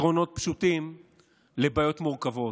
פתרונות פשוטים לבעיות מורכבות,